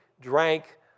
drank